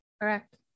Correct